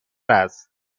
است